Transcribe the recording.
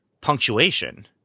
punctuation